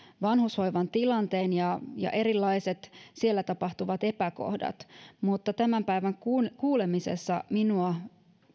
vanhushoivan tilanteen ja ja erilaiset siellä tapahtuvat epäkohdat mutta tämän päivän kuulemisessa minua